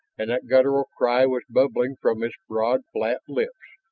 and that guttural cry was bubbling from its broad flat lips.